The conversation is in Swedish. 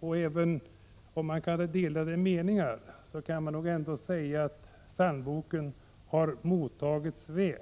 och även om man kan ha delade meningar om den, kan man väl ändå säga att den har mottagits väl.